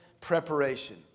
preparation